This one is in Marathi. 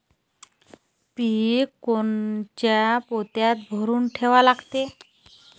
पीक कोनच्या पोत्यात भरून ठेवा लागते?